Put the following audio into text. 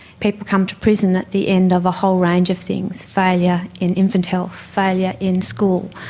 people come to prison at the end of a whole range of things failure in infant health, failure in school,